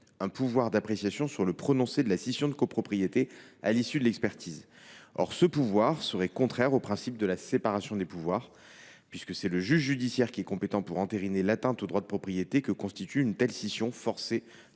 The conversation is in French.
un pouvoir d’appréciation sur le prononcé de la scission de copropriété à l’issue de l’expertise. Or ce serait contraire au principe de la séparation des pouvoirs. En effet, si le juge judiciaire est bien compétent pour entériner l’atteinte au droit de propriété que constitue une telle scission forcée